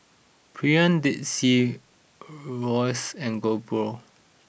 Premier Dead Sea Royce and GoPro